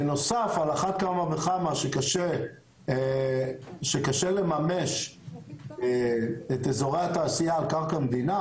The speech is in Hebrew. בנוסף על אחת כמה וכמה שקשה לממש את אזורי התעשייה על קרקע המדינה